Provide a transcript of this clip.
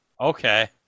Okay